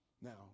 Now